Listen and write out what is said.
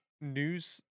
news